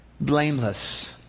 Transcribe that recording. blameless